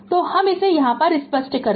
तो हम इसे यहाँ स्पष्ट कर दे